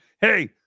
Hey